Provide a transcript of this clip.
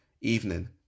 evening